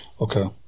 Okay